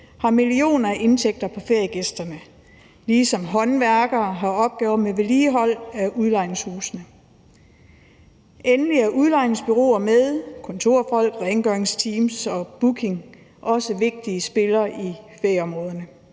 har millionindtægter på feriegæsterne, ligesom håndværkere har opgaver med vedligehold af udlejningshusene. Endelig er udlejningsbureauer med kontorfolk, rengøringsteams og booking også vigtige spillere i ferieområderne.